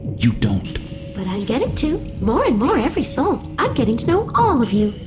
you don't but i'm getting to. more and more every sol, i'm getting to know all of you.